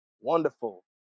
wonderful